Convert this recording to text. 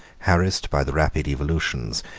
harassed by the rapid evolutions,